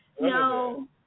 no